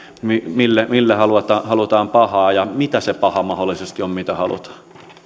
mille mille halutaan halutaan pahaa ja mitä se paha mahdollisesti on mitä halutaan